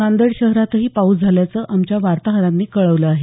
नांदेड शहरातही पाऊस झाल्याचं आमच्या वार्ताहरांनी कळवलं आहे